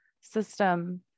system